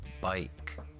bike